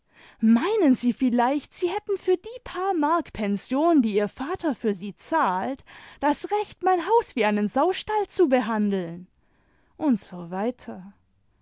meinen sie vielleicht sie hatten für die paar mark pension die ihr vater für sie zahlt das recht mein haus wie einen saustall zu behandeln usw